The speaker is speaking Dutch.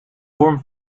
vorm